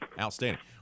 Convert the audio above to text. Outstanding